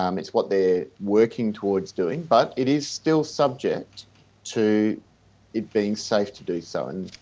um it's what they're working towards doing, but it is still subject to it being safe to do so. and